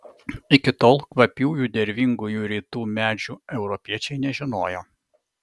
iki tol kvapiųjų dervingųjų rytų medžių europiečiai nežinojo